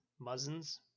Muzzins